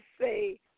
say